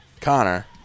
connor